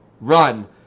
run